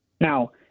Now